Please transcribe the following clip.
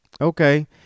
okay